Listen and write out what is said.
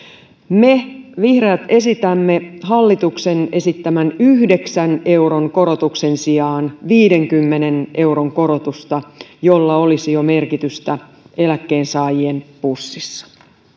me vihreät esitämme hallituksen esittämän yhdeksän euron korotuksen sijaan viidenkymmenen euron korotusta jolla olisi jo merkitystä eläkkeensaajien pussissa